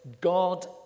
God